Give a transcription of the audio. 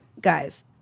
Guys